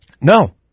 No